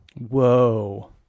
Whoa